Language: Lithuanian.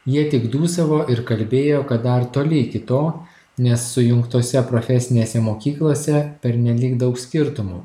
jie tik dūsavo ir kalbėjo kad dar toli iki to nes sujungtose profesinėse mokyklose pernelyg daug skirtumų